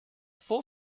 full